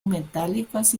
metálicos